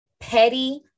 petty